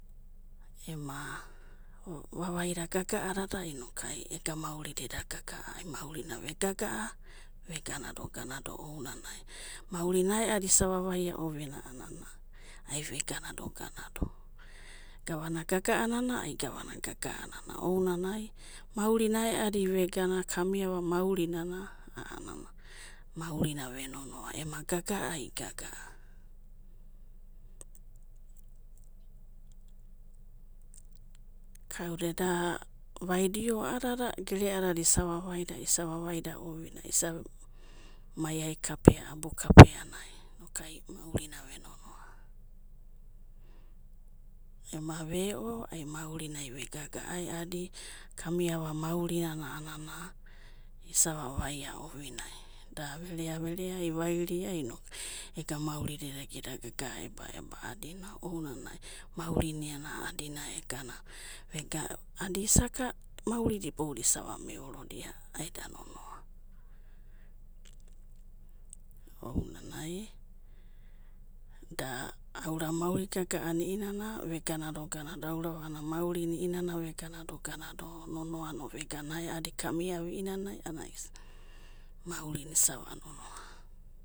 Ema vavaida gaga adada, inokai ega maurida eda gaga'a maurina i'veganado ganado ema maurina aeadi isa vavaia a'anana ai veganado ganado, gavana gaganonoa a'anana gavana gaga'anana ounanai, maurina aeadi vegana a'a kamiava maurinana, a'anana maurina ve'nonoa ema maurina vegaga'a ai gaga'a. Kauda eda vaidio a'adada gereadada isa vavaida isa vavaida ovinai, isa maiai kapea abu kapeanai nokai ai maurina ve'nonoa, ema ve'o ai maurina ve'gaga'a aeadi kamiava maurina isa vavai ovinai, da verea verea'ai o vairiai, inokai, ega maurida edaga eda gaga'a eba'eba ana'ounanai maurina iana a'adina eganava, vegana, adi'isaka maurida iboudada isa va meorodia, ai'da nonoa, ainanai, da aurava mauri gaga'ana i'iana veganado gando, aurava maurina i'inana veganado genado, nonoano veganado ganado aeadi kamiava i'inanai a'anana maurina isa va'nonoa.